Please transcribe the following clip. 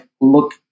look